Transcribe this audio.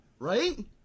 right